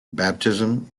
baptism